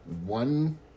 one